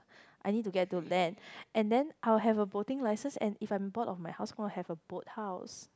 I need to get to land and then I will have a boating license and if I'm bored of my house gonna have a boat house